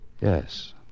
Yes